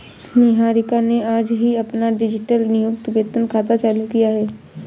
निहारिका ने आज ही अपना डिजिटल नियोक्ता वेतन खाता चालू किया है